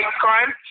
crime